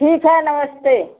ठीक है नमस्ते